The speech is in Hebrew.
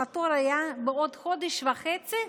אך התור היה כעבור חודש וחצי,